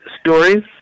stories